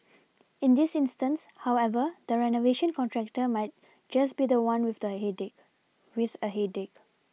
in this instance however the renovation contractor might just be the one with a headache